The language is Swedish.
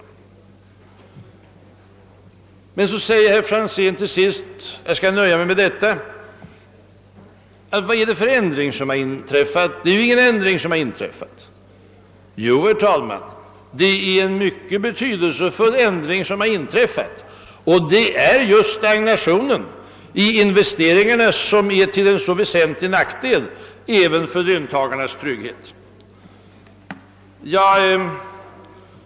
Till sist säger herr Franzén, att någon förändring inte har inträffat. Jo, herr talman, en mycket betydelsefull förändring har skett, och det är just att investeringarna har stagnerat, något som är till väsentlig nackdel även för löntagarnas trygghet.